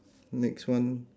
next one